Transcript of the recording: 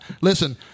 Listen